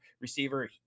receiver